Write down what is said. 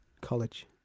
college